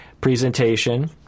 presentation